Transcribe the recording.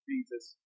Jesus